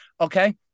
okay